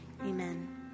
amen